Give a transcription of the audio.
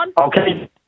okay